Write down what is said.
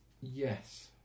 Yes